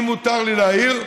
אם מותר לי להעיר,